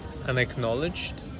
unacknowledged